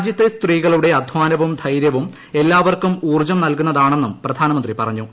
രാജ്യത്തെ സ്ത്രീകളുടെ അധ്വാനവും ധൈര്യവും എല്ലാവർക്കും ഊർജ്ജം നൽകുന്നതാണെന്നും പ്രധാനമന്ത്രി പറഞ്ഞു